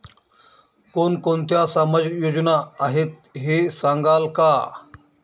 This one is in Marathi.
कोणकोणत्या सामाजिक योजना आहेत हे सांगाल का?